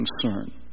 concern